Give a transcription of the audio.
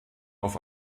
auf